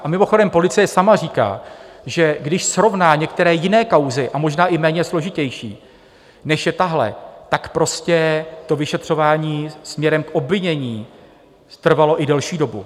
A mimochodem, policie sama říká, že když srovná některé jiné kauzy, a možná i méně složitější, než je tahle, tak prostě to vyšetřování směrem k obvinění trvalo i delší dobu.